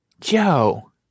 Joe